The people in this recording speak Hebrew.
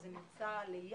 זה נמצא ליד,